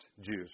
Jews